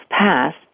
passed